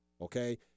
okay